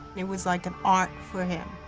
it was like an art for him.